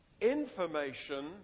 Information